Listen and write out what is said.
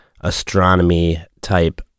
astronomy-type